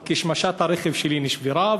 כי שמשת הרכב שלי נשברה,